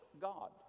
god